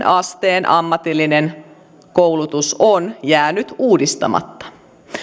asteen ammatillinen koulutus on jäänyt uudistamatta